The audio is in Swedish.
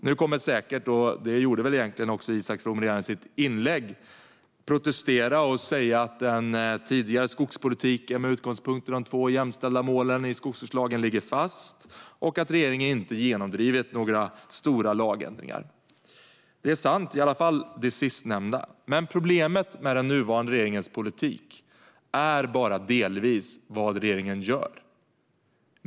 Nu kommer säkert Isak From - det gjorde han egentligen redan i sitt inlägg - att protestera och säga att den tidigare skogspolitiken, med utgångspunkt i de två jämställda målen i skogsförslagen, ligger fast och att regeringen inte har genomdrivit några stora lagändringar. Detta är sant, i alla fall det sistnämnda, men problemet med den nuvarande regeringens politik är bara delvis vad regeringen gör.